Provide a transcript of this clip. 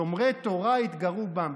שומרי תורה יתגרו בם.